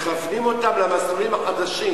מכוונים אותם למסלולים החדשים.